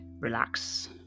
relax